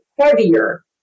heavier